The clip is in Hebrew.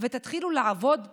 ותתחילו לעבוד באמת.